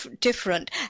different